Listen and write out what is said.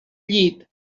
llit